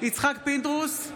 יצחק פינדרוס,